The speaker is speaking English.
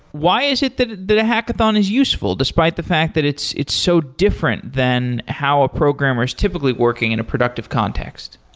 why is it that that a hackathon is useful, despite the fact that it's it's so different than how a programmer is typically working in a productive context?